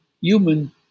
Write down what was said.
human